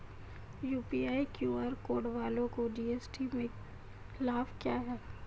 UPI QR code वालों को GST में लाभ क्या है?